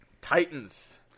Titans